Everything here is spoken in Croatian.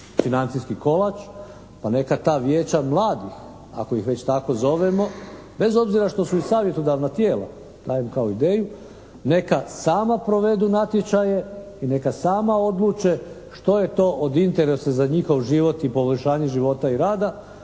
financijski kolač pa neka ta vijeća mladih ako ih već tako zovemo, bez obzira što su savjetodavna tijela, dajem kao ideju, neka sama provedu natječaje i neka sama odluče što je to od interesa za njihov život i poboljšanje života i rada